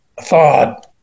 thought